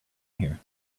here